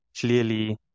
clearly